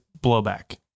blowback